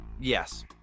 Yes